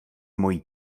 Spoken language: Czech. mojí